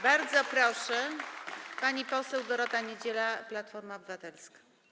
Bardzo proszę, pani poseł Dorota Niedziela, Platforma Obywatelska.